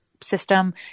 system